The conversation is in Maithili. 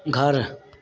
घर